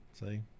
See